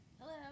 Hello